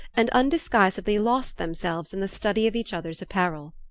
and undisguisedly lost themselves in the study of each other's apparel.